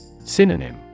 Synonym